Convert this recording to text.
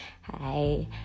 Hi